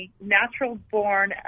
natural-born